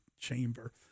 chamber